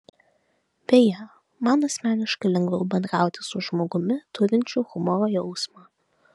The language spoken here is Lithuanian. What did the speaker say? beje man asmeniškai lengviau bendrauti su žmogumi turinčiu humoro jausmą